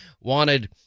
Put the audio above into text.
wanted